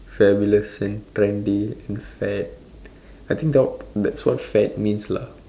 fabulous and trendy it's fad I think that that's what fad means lah